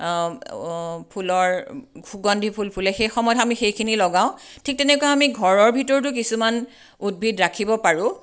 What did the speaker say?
ফুলৰ সুগন্ধি ফুল ফুলে সেই সময়ত আমি সেইখিনি লগাওঁ ঠিক তেনেকৈ আমি ঘৰৰ ভিতৰতো কিছুমান উদ্ভিদ ৰাখিব পাৰোঁ